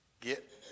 Get